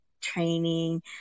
training